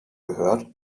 gehört